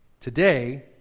Today